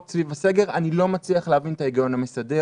לגבי הסגר אני לא מצליח להבין את ההיגיון המסדר,